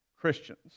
Christians